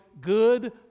good